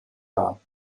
dar